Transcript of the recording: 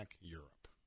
Europe